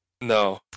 No